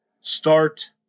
Start